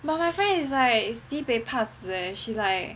well my friend is like sibei 怕死 leh